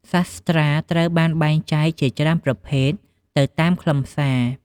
សាស្ត្រាត្រូវបានបែងចែកជាច្រើនប្រភេទទៅតាមខ្លឹមសារ។